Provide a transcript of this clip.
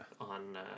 on